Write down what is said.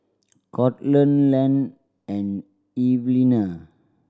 Courtland Len and Evelina